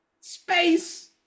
space